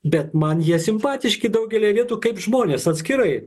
bet man jie simpatiški daugelyje vietų kaip žmonės atskirai